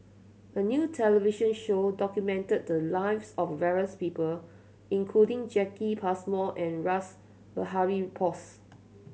a new television show documented the lives of various people including Jacki Passmore and Rash Behari Bose